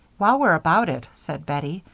while we're about it, said bettie,